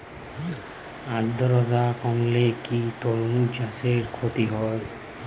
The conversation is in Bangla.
আদ্রর্তা কমলে কি তরমুজ চাষে ক্ষতি হয়?